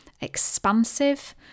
expansive